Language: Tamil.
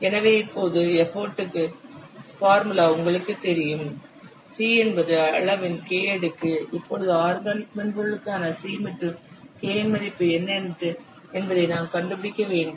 எனவே இப்போது எப்போட்க்கு பார்முலா உங்களுக்குத் தெரியும் c என்பது அளவின் k அடுக்கு இப்போது ஆர்கனிக் மென்பொருளுக்கான c மற்றும் k இன் மதிப்பு என்ன என்பதை நாம் கண்டுபிடிக்க வேண்டும்